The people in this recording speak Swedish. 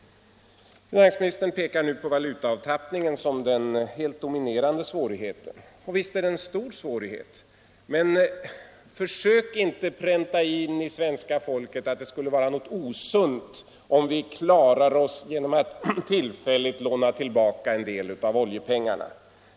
Finansministern pekar nu på valutaavtappningen som den helt dominerande svårigheten, och visst är det en stor svårighet. Men försök inte pränta in i svenska folkets medvetande att det skulle vara något osunt om vi klarar oss genom att tillfälligt låna tillbaka en del av oljepengarna.